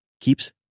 keeps